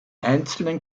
einzelnen